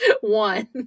one